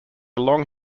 long